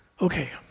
Okay